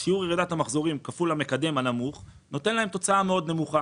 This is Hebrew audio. אז שיעור ירידת המחזורים כפול המקדם הנמוך נותן להם תוצאה נמוכה מאוד.